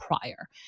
prior